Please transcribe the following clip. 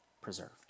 preserved